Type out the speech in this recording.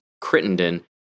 Crittenden